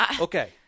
Okay